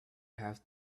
have